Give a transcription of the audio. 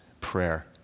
prayer